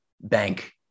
bank